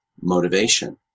motivation